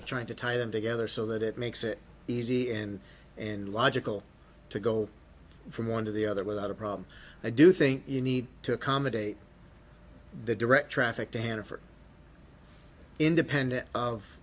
of trying to tie them together so that it makes it easy and and logical to go from one to the other without a problem i do think you need to accommodate the direct traffic to hannover independent of